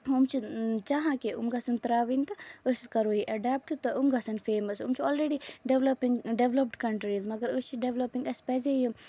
یِم چھِ چاہان کہِ أم گژھن تراوٕنۍ کہِ أسۍ کَرو یہِ ایڈیپٹ تہٕ یِم گژھن فیمَس یِم چھِ اولریڈی ڈیولَپِنگ ڈیولَپڈ کَنٹریٖز مَگر ٲسۍ چھِ ڈیولَپَنگ اَسہِ پَزِ یِم